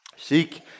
Seek